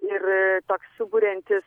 ir toks suburiantis